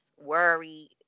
worry